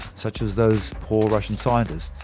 such as those poor russian scientists,